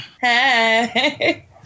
Hey